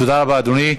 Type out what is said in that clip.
תודה רבה, אדוני.